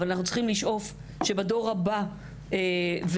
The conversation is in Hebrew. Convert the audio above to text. אנחנו צריכים לשאוף שבדור הבא זה יהיה